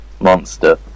monster